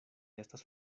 estas